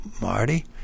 Marty